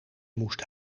moest